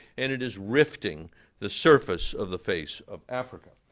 and it is rifting the surface of the face of africa.